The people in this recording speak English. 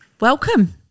Welcome